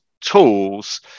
tools